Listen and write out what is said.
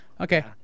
Okay